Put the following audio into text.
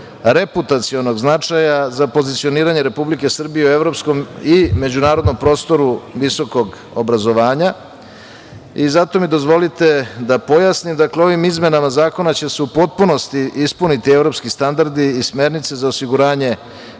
reputacionog značaja za pozicioniranje Republike Srbije u evropskom i međunarodnom prostoru visokog obrazovanja. Zato mi dozvolite da pojasnim, ovim izmenama zakona će se u potpunosti ispuniti evropski standardi i smernice za osiguranje